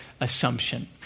assumption